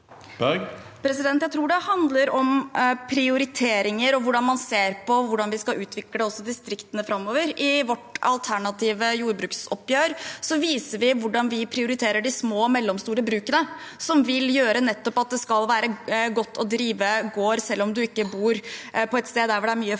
Jeg tror det handler om prioriteringer og hvordan man ser på hvordan vi skal utvikle distriktene også framover. I vårt alternative jordbruksoppgjør viser vi hvordan vi prioriterer de små og mellomstore brukene, som nettopp skal gjøre det godt å drive gård, selv om man ikke bor på et sted der det er mye flat